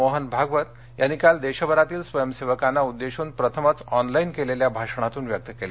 मोहन भागवत यांनी काल देशभरातील स्वयंसेवकांना उद्देश्यून प्रथमच ऑनलाईन केलेल्या भाषणातून व्यक्त केले